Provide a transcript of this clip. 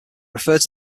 referred